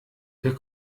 wir